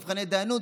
במבחני דיינות,